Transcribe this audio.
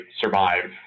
survive